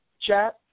chat